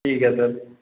ठीक ऐ सर